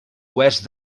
oest